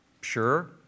sure